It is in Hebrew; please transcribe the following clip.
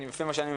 לפי מה שאני מבין,